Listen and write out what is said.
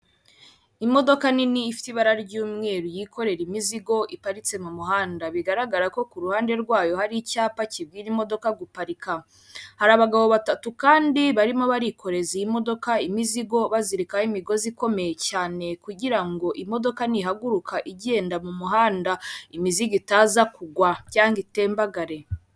Imodoka nini ifite ibara ry'umweru yikorera imizigo iparitse mu muhanda, bigaragara ko ku ruhande rwayo hari icyapa kibwira imodoka guparika. Hari abagabo batatu kandi barimo barikoreza iyi modoka imizigo bazirikaho imigozi ikomeye cyane, kugira imodoka ntihaguruka igenda mu muhanda imizigo itaza kugwa cyangwa itembagare.